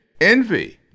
envy